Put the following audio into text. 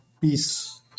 Peace